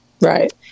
Right